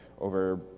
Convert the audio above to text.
over